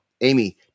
Amy